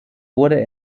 wurde